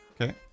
Okay